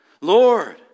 Lord